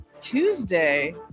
tuesday